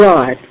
God